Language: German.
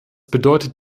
bedeutet